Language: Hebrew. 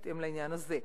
בהתאם לעניין הזה.